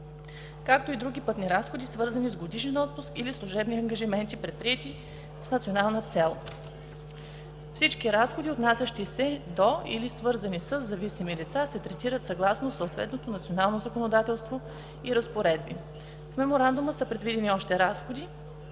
както и други пътни разходи, свързани с годишен отпуск или служебни ангажименти, предприети с национална цел. Всички разходи отнасящи се до или свързани със зависими лица се третират съгласно съответното национално законодателство и разпоредби. В Меморандума са предвидени още разходи,